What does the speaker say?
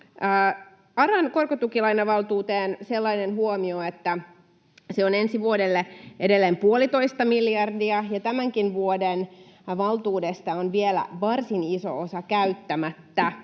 ARAn korkotukilainavaltuuteen sellainen huomio, että se on ensi vuodelle edelleen puolitoista miljardia ja tämänkin vuoden valtuudesta on vielä varsin iso osa käyttämättä,